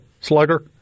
slugger